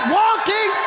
walking